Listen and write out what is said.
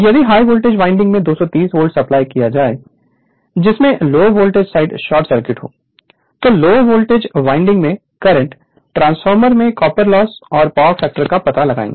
यदि high voltage winding में 230 volt supply किए जाएं जिसमें low voltage winding short circuit हो तो लो वोल्टेज वाइंडिंग में करंट ट्रांसफार्मर में कॉपर लॉस और पावर फैक्टर का पता लगाएं